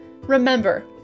Remember